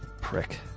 prick